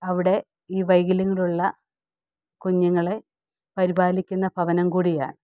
അവിടെ ഈ വൈകല്യങ്ങളുള്ള കുഞ്ഞുങ്ങളെ പരിപാലിക്കുന്ന ഭവനം കൂടിയാണ്